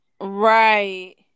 Right